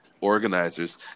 organizers